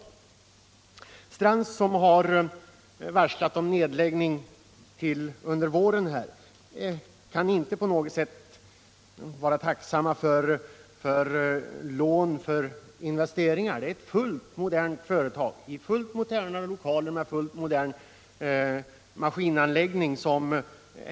Strands konfektionsfabrik, som har varslat om nedläggning under våren, kan inte på något sätt vara tacksam för lån till investeringar. Det är ett fullt modernt företag i fullt moderna lokaler med fullt modern maskinanläggning.